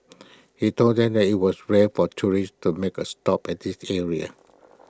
he told them that IT was rare for tourists to make A stop at this area